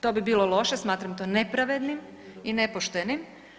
To bi bilo loše, smatram to nepravednim i nepoštenim.